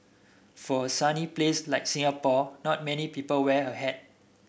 for a sunny place like Singapore not many people wear a hat